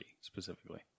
specifically